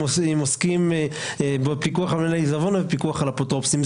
הם עוסקים בפיקוח על מנהלי העיזבון ובפיקוח על האפוטרופוסים.